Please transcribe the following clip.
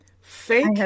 Fake